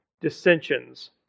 dissensions